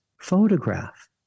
photograph